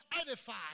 edify